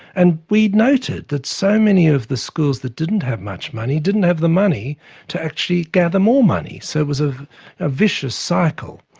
and we noted that so many of the schools that didn't have much money, didn't have the money to actually gather more money. so it was a ah vicious cycle.